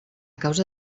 causa